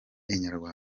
inyarwanda